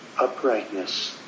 uprightness